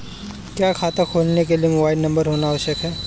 क्या खाता खोलने के लिए मोबाइल नंबर होना आवश्यक है?